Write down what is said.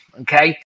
Okay